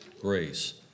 grace